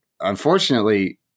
unfortunately